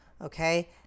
Okay